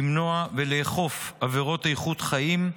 למנוע ולאכוף עבירות איכות חיים,